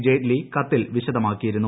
ജയ്റ്റ്ലി കത്തിൽ വിശദമാക്കിയിരുന്നു